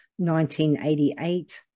1988